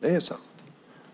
Det är sant.